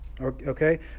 okay